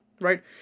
right